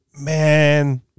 man